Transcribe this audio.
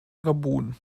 gabun